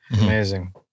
Amazing